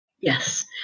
Yes